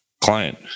client